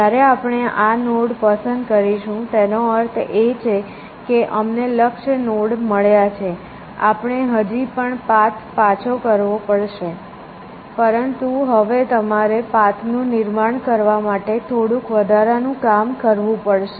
જ્યારે આપણે આ નોડ પસંદ કરીશું તેનો અર્થ એ છે કે અમને લક્ષ્ય નોડ મળ્યા છે આપણે હજી પણ પાથ પાછો કરવો પડશે પરંતુ હવે તમારે પાથનું પુનર્નિર્માણ કરવા માટે થોડુંક વધારાનું કામ કરવું પડશે